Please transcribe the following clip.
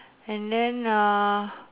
and then uh